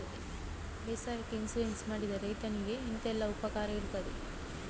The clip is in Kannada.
ಬೇಸಾಯಕ್ಕೆ ಇನ್ಸೂರೆನ್ಸ್ ಮಾಡಿದ್ರೆ ರೈತನಿಗೆ ಎಂತೆಲ್ಲ ಉಪಕಾರ ಇರ್ತದೆ?